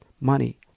money